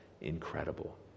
incredible